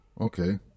Okay